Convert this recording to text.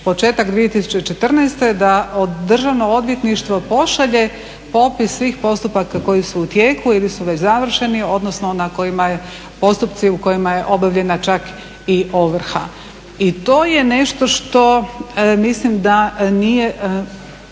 početak 2014. da Državno odvjetništvo pošalje popis svih postupaka koji su u tijeku ili su već završeni, odnosno na kojima je postupci u kojima je obavljena čak i ovrha. I to je nešto što mislim da nije